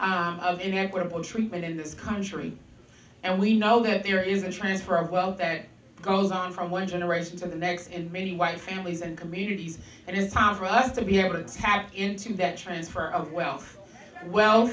of an equitable treatment in this country and we know that there is a transfer of wealth that goes on from one generation to the next in many white families and communities and it's time for us to be able to tap into that transfer of wealth we